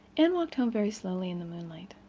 anne walked home very slowly in the moonlight.